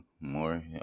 more